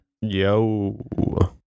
Yo